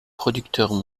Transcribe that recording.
producteurs